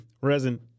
resin